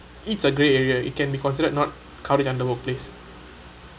it's a grey area it can be considerate not covered under workplace